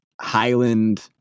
highland